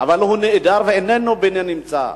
אבל הוא נעדר ואיננו בנמצא.